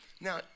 Now